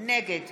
נגד